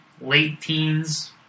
late-teens